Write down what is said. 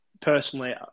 Personally